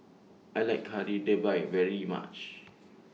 I like Kari Debal very much